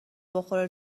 بخوره